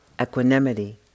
equanimity